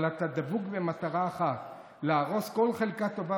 אבל אתה דבק במטרה אחת: להרוס כל חלקה טובה